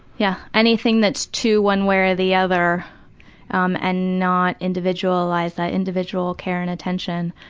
yeah, anything that's too one way or the other um and not individualized. that individual care and attention,